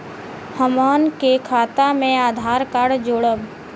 हमन के खाता मे आधार कार्ड जोड़ब?